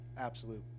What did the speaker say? absolute